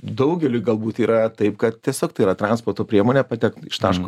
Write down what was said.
daugeliui galbūt yra taip kad tiesiog tai yra transporto priemonė patekti iš taško